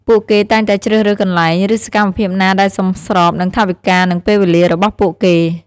ពួកគេតែងតែជ្រើសរើសកន្លែង ឬសកម្មភាពណាដែលសមស្របនឹងថវិកា និងពេលវេលារបស់ពួកគេ។